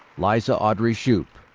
liza audrey shoup.